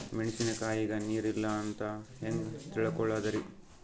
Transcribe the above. ಮೆಣಸಿನಕಾಯಗ ನೀರ್ ಇಲ್ಲ ಅಂತ ಹೆಂಗ್ ತಿಳಕೋಳದರಿ?